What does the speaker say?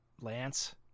Lance